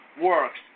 works